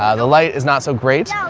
ah the light is not so great,